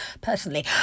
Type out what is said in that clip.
personally